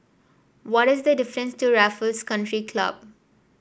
what is the difference to Raffles Country Club